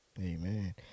Amen